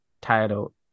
title